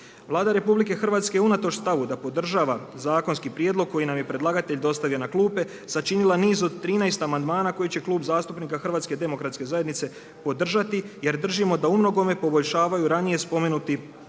Vlada RH unatoč stavu da podržava zakonski prijedlog koji nam je predlagatelj dostavio na klupe, sačinila niz od 13 amandmana koji će klub zastupnik HDZ-a podržati, jer držimo da u mnogome poboljšavaju ranije spomenuti zakonski